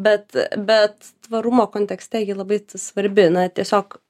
bet bet tvarumo kontekste ji labai svarbi na tiesiog